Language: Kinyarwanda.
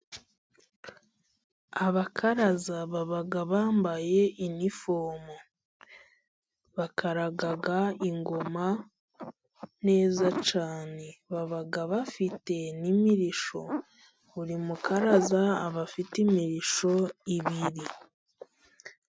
Abakaraza baba bambaye inifomu, bakaraga ingoma neza cyane, baba bafite n'imirishyo, buri mukaraza aba afite imirishyo ibiri.